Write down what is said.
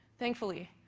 thankfully,